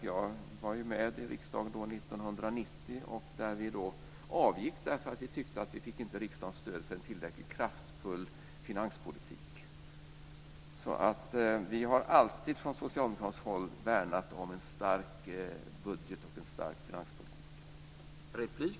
Jag var med i riksdagen 1990 då vi avgick därför att vi tyckte att vi inte fick riksdagens stöd för en tillräckligt kraftfull finanspolitik. Vi har från socialdemokratiskt håll alltid värnat om en stark budget och en stark finanspolitik.